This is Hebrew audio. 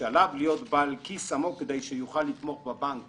ושעליו להיות בעל כיס עמוק כדי שיוכל לתמוך בבנק